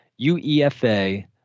UEFA